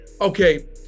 okay